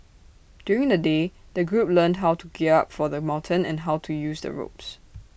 during the day the group learnt how to gear up for the mountain and how to use the ropes